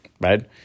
right